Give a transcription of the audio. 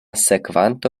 sekvanta